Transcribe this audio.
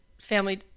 family